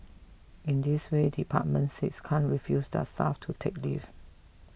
in this way department six can't refuse their staff to take leave